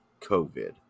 covid